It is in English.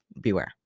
beware